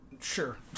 Sure